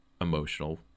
emotional